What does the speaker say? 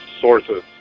sources